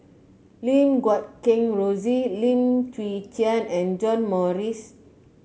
Lim Guat Kheng Rosie Lim Chwee Chian and John Morrice